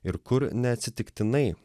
ir kur neatsitiktinai